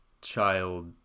child